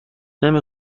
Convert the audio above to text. نمی